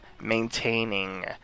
maintaining